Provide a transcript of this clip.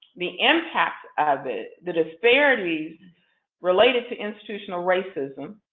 the impact of it, the disparities related to institutional racism.